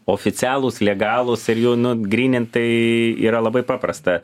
oficialūs legalūs ir jų nu grynint tai yra labai paprasta